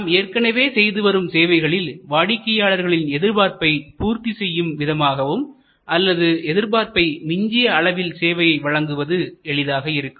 நாம் ஏற்கனவே செய்துவரும் சேவைகளில் வாடிக்கையாளர்களின் எதிர்பார்ப்பை பூர்த்தி செய்யும் விதமாகவும் அல்லது எதிர்பார்ப்பை மிஞ்சிய அளவில் சேவையை வழங்குவது எளிதாக இருக்கும்